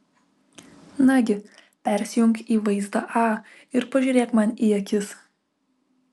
nagi persijunk į vaizdą a ir pažiūrėk man į akis